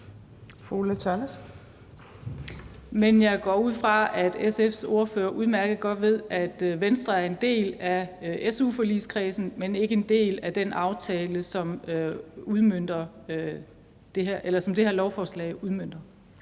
jeg går ud fra, at SF's ordfører udmærket ved, at Venstre er en del af su-forligskredsen, men ikke en del af den aftale, som det her lovforslag udmønter.